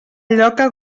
lloca